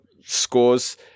scores